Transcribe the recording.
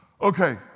Okay